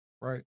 right